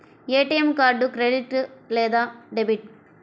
ATM card credit లేదా debit?